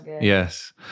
Yes